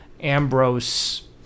ambrose